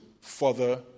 further